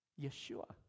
Yeshua